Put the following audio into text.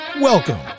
Welcome